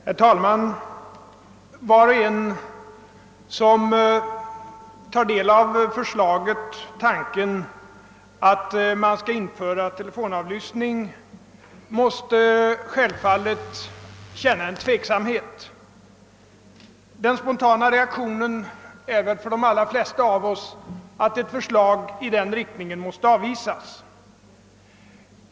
Herr talman! Var och en som tar del av förslaget om införande av telefonavlyssning måste självfallet känna tveksamhet. Den spontana reaktionen är väl för de allra flesta av oss att ett förslag i den riktningen måste avvisas.